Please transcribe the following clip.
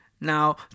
Now